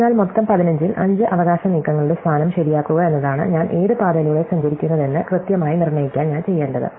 അതിനാൽ മൊത്തം 15 ൽ 5 അവകാശ നീക്കങ്ങളുടെ സ്ഥാനം ശരിയാക്കുക എന്നതാണ് ഞാൻ ഏത് പാതയിലൂടെ സഞ്ചരിക്കുന്നതെന്ന് കൃത്യമായി നിർണ്ണയിക്കാൻ ഞാൻ ചെയ്യേണ്ടത്